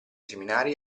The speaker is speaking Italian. seminari